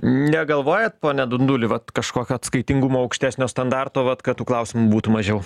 negalvojat pone dunduli vat kažkokio atskaitingumo aukštesnio standarto vat kad tų klausimų būtų mažiau